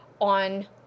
on